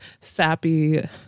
sappy